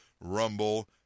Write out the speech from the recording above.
Rumble